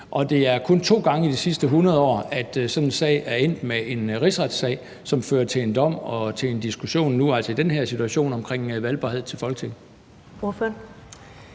Det er kun to gange i de sidste 100 år, at sådan en sag er endt med en rigsretssag, som har ført til en dom og til en diskussion nu, altså i den her situation, omkring valgbarhed til Folketinget.